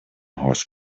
horse